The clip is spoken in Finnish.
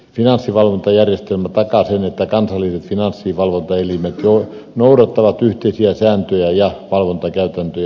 finanssivalvontajärjestelmä takaa sen että kansalliset finanssivalvontaelimet noudattavat yhteisiä sääntöjä ja valvontakäytäntöjä